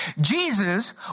Jesus